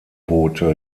boote